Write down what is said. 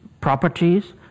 properties